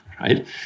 right